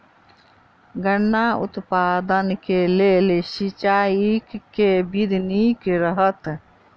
गन्ना उत्पादन केँ लेल सिंचाईक केँ विधि नीक रहत?